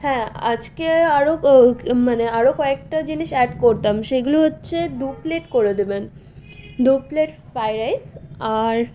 হ্যাঁ আজকে আরও মানে আরও কয়েকটা জিনিস অ্যাড করতাম সেগুলো হচ্ছে দু প্লেট করে দেবেন দু প্লেট ফ্রাইড রাইস আর